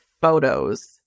photos